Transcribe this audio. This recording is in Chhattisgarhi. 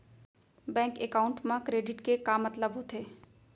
बैंक एकाउंट मा क्रेडिट के का मतलब होथे?